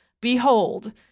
Behold